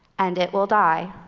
and it will die.